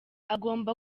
agomba